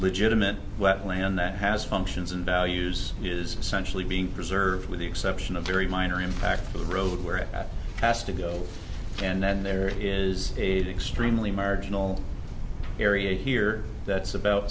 legitimate wetland that has functions and values is essentially being preserved with the exception of very minor impact the road where it has to go and then there is a stream lee marginal area here that's about